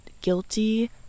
guilty